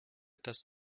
das